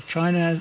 China